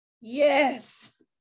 Yes